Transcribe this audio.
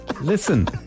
Listen